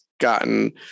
gotten